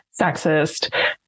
sexist